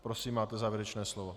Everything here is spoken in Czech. Prosím, máte závěrečné slovo.